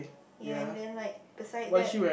ya and then like beside that